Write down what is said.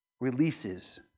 releases